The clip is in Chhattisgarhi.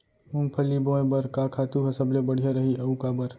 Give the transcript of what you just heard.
मूंगफली बोए बर का खातू ह सबले बढ़िया रही, अऊ काबर?